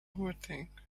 overthink